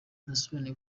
yasobanuye